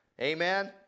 Amen